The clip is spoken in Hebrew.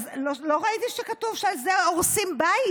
לא ראיתי שכתוב שעל זה הורסים בית.